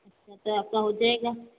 अच्छा तो आप का हो जाएगा